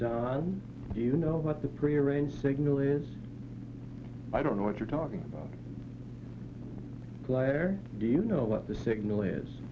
don't you know what the prearranged signal is i don't know what you're talking about claire do you know what the signal is